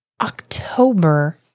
October